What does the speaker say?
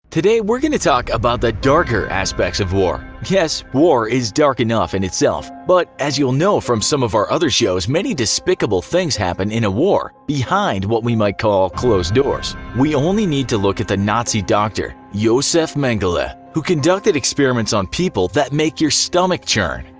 today we're going to talk about the darker aspects of war. yes, war is dark enough in itself, but as you'll know from some of our other shows many despicable things happen in war behind what we might call closed doors. we only need to look at the nazi doctor, josef mengele, who conducted experiments on people that make your stomach churn.